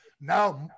Now